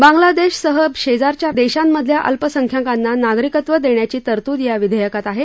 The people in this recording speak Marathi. बांगलादेशसह शेजारच्या देशांमधल्या अल्पसंख्यकांना नागरिकत्व देण्याची तरतूद या विधेयकात आहे